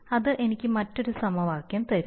അത് എനിക്ക് മറ്റൊരു സമവാക്യം തരും